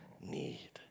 need